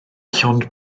llond